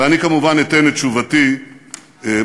ואני כמובן אתן את תשובתי מחר.